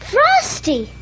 Frosty